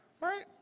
right